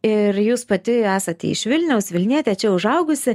ir jūs pati esate iš vilniaus vilnietė čia užaugusi